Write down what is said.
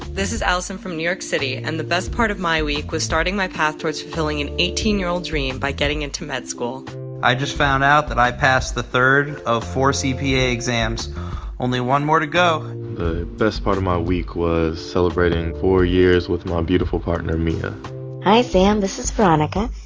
this is allison from new york city. and the best part of my week was starting my path towards fulfilling an eighteen year old dream by getting into med school i just found out that i passed the third of four cpa exams only one more to go the best part of my week was celebrating four years with my um beautiful partner mia hi, sam. this is veronica.